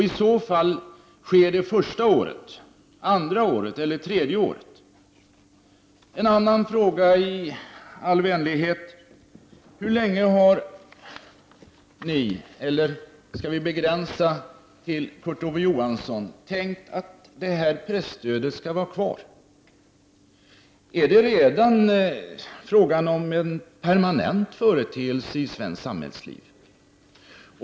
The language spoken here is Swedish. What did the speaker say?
I så fall: Sker det första året, andra året eller tredje året? En annan fråga i all vänlighet: Hur länge har ni, eller skall vi begränsa det till Kurt Ove Johansson, tänkt att presstödet skall vara kvar? Är det redan fråga om en permanent företeelse i svenskt samhällsliv?